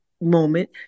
moment